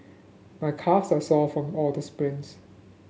my calves are sore from all the sprints